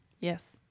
Yes